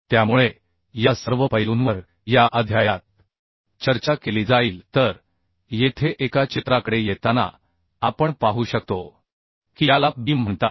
त्यामुळे या सर्व पैलूंवर या व्याख्यानात चर्चा केली जाईल तर येथे एका चित्राकडे येताना आपण पाहू शकतो की याला बीम म्हणतात